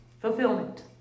fulfillment